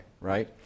right